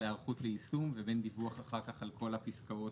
היערכות ליישום ובין דיווח אחר כך על כל הפסקאות,